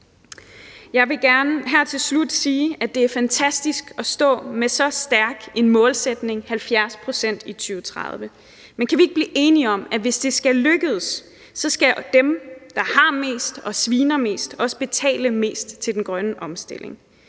Jeg vil gerne her til slut sige, at det er fantastisk at stå med så stærk en målsætning – 70 pct. i 2030 – men kan vi ikke blive enige om, at hvis det skal lykkes, så skal dem, der har mest og sviner mest, også betale mest til den grønne omstilling?